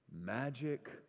magic